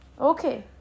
Okay